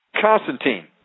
Constantine